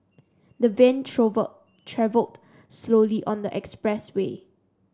the van travelled slowly on the expressway